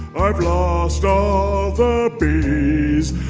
i've lost all the bees.